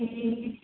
ए